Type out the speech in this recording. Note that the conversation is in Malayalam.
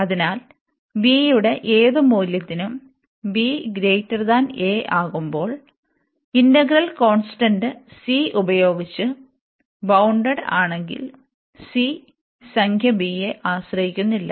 അതിനാൽ b യുടെ ഏത് മൂല്യത്തിനും ba ആകുമ്പോൾ ഇന്റഗ്രൽ കോൺസ്റ്റന്റ് c ഉപയോഗിച്ച് ബൌൺഡഡ് ആണെങ്കിൽ c സംഖ്യ bയെ ആശ്രയിക്കുന്നില്ല